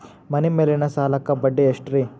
ಮನಿ ಮೇಲಿನ ಸಾಲಕ್ಕ ಬಡ್ಡಿ ಎಷ್ಟ್ರಿ?